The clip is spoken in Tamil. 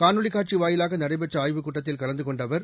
காணொளி காட்சி வாயிலாக நடைபெற்ற ஆய்வுக் கூட்டத்தில் கலந்து கொண்ட அவர்